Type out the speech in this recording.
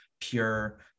pure